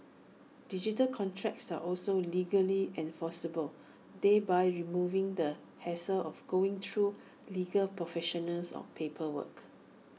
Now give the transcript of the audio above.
digital contracts are also legally enforceable thereby removing the hassle of going through legal professionals or paperwork